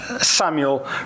Samuel